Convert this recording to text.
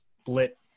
split